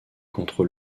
contre